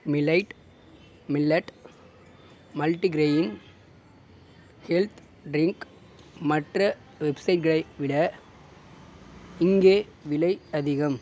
மீலைட் millet multigrain health drink மற்ற வெப்சைட்களை விட இங்கே விலை அதிகம்